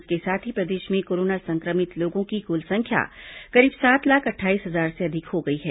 इसके साथ ही प्रदेश में कोरोना संक्रमित लोगों की कुल संख्या करीब सात लाख अट्ठाईस हजार से अधिक हो गई है